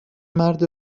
مرد